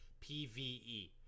pve